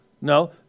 No